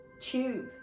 tube